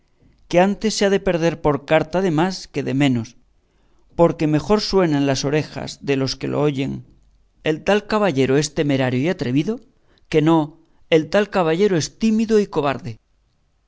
que antes se ha de perder por carta de más que de menos porque mejor suena en las orejas de los que lo oyen el tal caballero es temerario y atrevido que no el tal caballero es tímido y cobarde